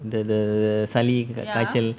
the the சளி காய்ச்சல்:sali kaitchal